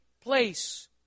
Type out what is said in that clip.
place